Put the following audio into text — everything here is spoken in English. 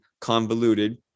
convoluted